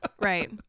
Right